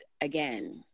again